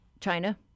China